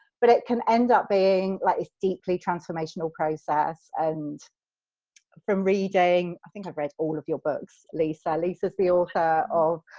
but it can end up being like this deeply transformational process and from reading, i think i've read all of your books, lisa. lisa is of